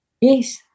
Yes